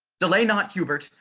delay not hubert,